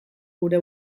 gure